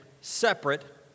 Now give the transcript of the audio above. separate